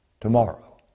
tomorrow